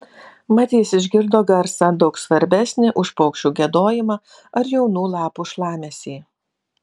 mat jis išgirdo garsą daug svarbesnį už paukščių giedojimą ar jaunų lapų šlamesį